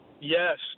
Yes